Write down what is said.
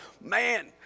man